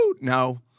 No